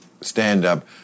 stand-up